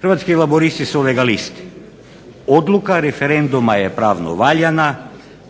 Hrvatski laburisti su legalisti. Odluka referenduma je pravno valjana,